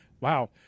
Wow